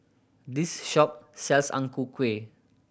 this shop sells Ang Ku Kueh